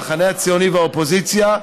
המחנה הציוני והאופוזיציה,